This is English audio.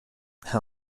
how